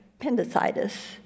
appendicitis